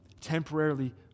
Temporarily